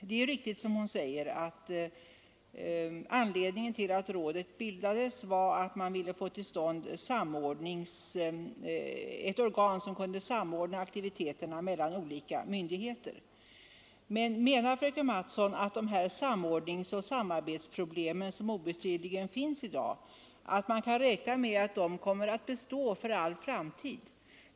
Det är riktigt som fröken Mattson säger att orsaken till att rådet bildades var att man ville få till stånd ett organ som kunde samordna de olika myndigheternas aktiviteter. Men menar fröken Mattson att man kan räkna med att de samordningsoch samarbetsproblem, som obestridligen finns i dag, kommer att bestå för all framtid?